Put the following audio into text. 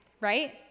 Right